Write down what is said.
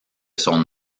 son